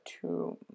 two